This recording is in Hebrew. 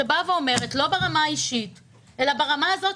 שאומרת לא ברמה האישית אלא ברמה הזאת,